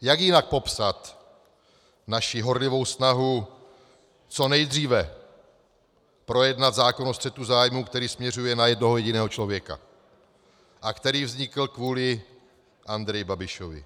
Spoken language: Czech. Jak jinak popsat naši horlivou snahu co nejdříve projednat zákon o střetu zájmů, který směřuje na jednoho jediného člověka a který vznikl kvůli Andreji Babišovi?